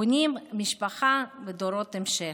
בונים משפחה ודורות המשך.